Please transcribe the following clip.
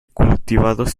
cultivados